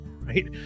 Right